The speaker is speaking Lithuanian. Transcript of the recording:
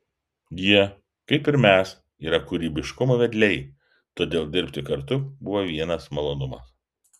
jie kaip ir mes yra kūrybiškumo vedliai todėl dirbti kartu buvo vienas malonumas